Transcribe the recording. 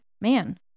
Man